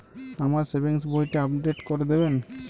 আমার সেভিংস বইটা আপডেট করে দেবেন?